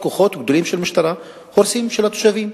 כוחות גדולים של משטרה והורסים לתושבים.